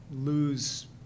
lose